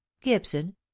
gibson